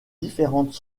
différentes